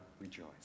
rejoice